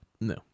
No